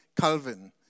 Calvin